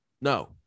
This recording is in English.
No